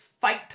fight